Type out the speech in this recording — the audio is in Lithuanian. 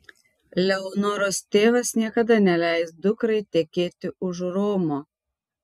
leonoros tėvas niekada neleis dukrai tekėti už romo